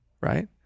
right